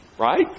Right